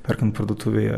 perkant parduotuvėje